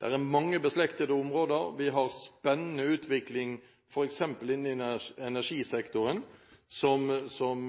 er også mange beslektede områder. Vi har en spennende utvikling innen f.eks. energisektoren, som